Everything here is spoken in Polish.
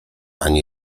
ani